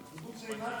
קיבוץ עינת,